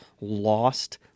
lost